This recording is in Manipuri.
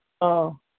ꯑꯧ